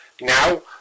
Now